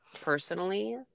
personally